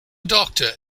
doctor